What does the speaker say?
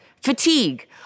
fatigue